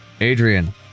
Adrian